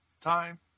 time